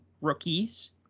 rookies